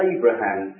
Abraham